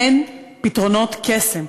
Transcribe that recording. אין פתרונות קסם.